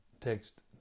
Text